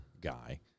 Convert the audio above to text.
guy